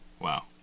Wow